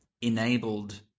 enabled